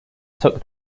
took